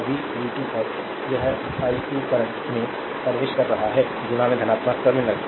यह v v 2 है और यह i2 करंट में प्रवेश कर रहा है धनात्मक टर्मिनल